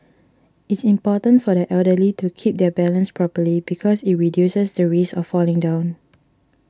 it's important for the elderly to keep their balance properly because it reduces the risk of falling down